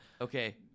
Okay